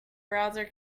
browser